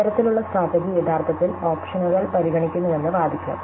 ഇത്തരത്തിലുള്ള സ്ട്രാറ്റെജി യഥാർത്ഥത്തിൽ ഓപ്ഷനുകൾ പരിഗണിക്കുന്നുവെന്ന് വാദിക്കാം